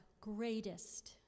greatest